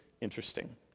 interesting